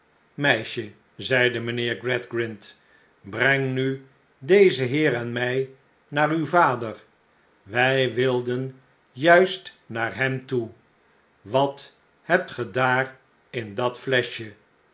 meisje zeide mijnheer gradgrind breng nu dezen heer en mij naar uw vader wij wilden juist naar hem toe wat hebt ge daar in dat fleschje